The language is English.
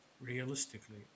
realistically